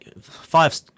five